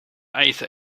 eisen